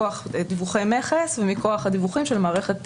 מכוח דיווחי מכס ומכוח הדיווחים של המערכת